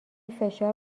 فشار